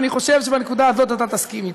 אני חושב שבנקודה הזאת אתה תסכים אתי.